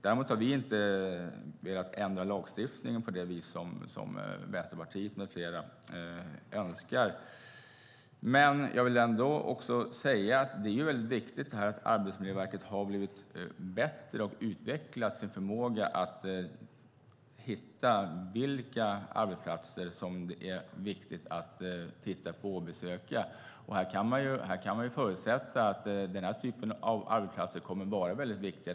Däremot har vi inte velat ändra lagstiftningen på det vis som Vänsterpartiet med flera önskar. Arbetsmiljöverket har blivit bättre och utvecklat sin förmåga att hitta vilka arbetsplatser som det är viktigt att titta på och besöka. Här kan man förutsätta att den här typen av arbetsplatser kommer att vara väldigt viktig.